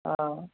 آ